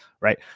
right